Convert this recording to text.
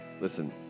Listen